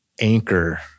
anchor